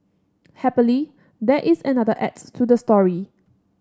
happily there is another acts to the story